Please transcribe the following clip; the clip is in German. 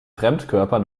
fremdkörper